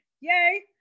Yay